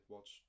Watch